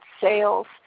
sales